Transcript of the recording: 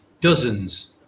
dozens